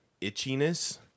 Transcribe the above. Itchiness